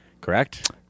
correct